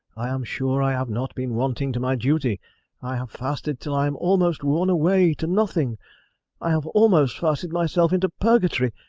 i am sure i have not been wanting to my duty i have fasted till i am almost worn away to nothing i have almost fasted my self into purgatory,